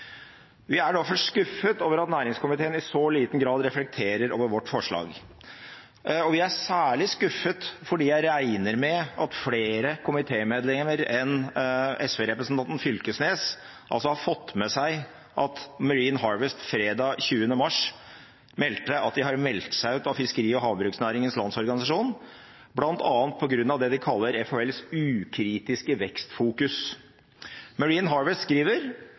Vi er derfor skuffet over at næringskomiteen i så liten grad reflekterer over vårt forslag. Vi er særlig skuffet fordi jeg regner med at flere komitémedlemmer enn SV-representanten Fylkesnes har fått med seg at Marine Harvest fredag 20. mars meldte at de har meldt seg ut av Fiskeri- og havbruksnæringens landsforening, bl.a. på grunn av det de kaller FHLs ukritiske vekstfokus. Marine Harvest skriver: